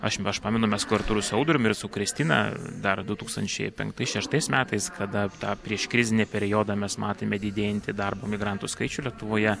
aš aš pamenu mes kartu ir su audrium ir su kristina dar du tūkstančiai penktais šeštais metais kada tą prieškrizinį periodą mes matėme didėjantį darbo migrantų skaičių lietuvoje